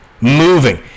Moving